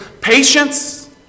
patience